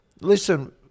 listen